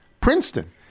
Princeton